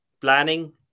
planning